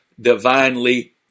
divinely